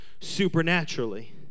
supernaturally